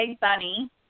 bunny